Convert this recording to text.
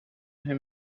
him